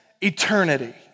eternity